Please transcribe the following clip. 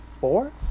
four